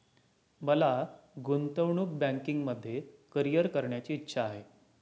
मला गुंतवणूक बँकिंगमध्ये करीअर करण्याची इच्छा आहे